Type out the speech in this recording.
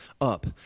up